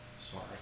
Sorry